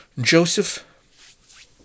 Joseph